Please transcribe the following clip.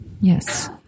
Yes